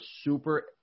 super